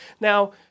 Now